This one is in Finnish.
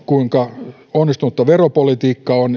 kuinka onnistunutta veropolitiikka on